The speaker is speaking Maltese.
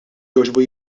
jogħġbu